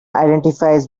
identifies